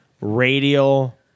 radial